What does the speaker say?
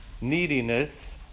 neediness